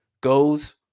goes